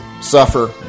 Suffer